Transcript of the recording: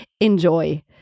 Enjoy